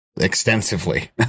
extensively